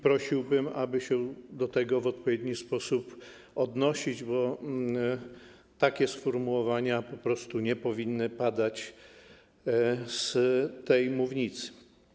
Prosiłbym, aby się do tego w odpowiedni sposób odnosić, bo takie sformułowania po prostu nie powinny padać z tej mównicy.